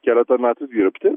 keletą metų dirbti